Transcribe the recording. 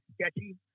sketchy